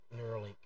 Neuralink